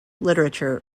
literature